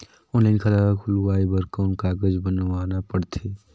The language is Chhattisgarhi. ऑनलाइन खाता खुलवाय बर कौन कागज बनवाना पड़थे?